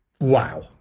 wow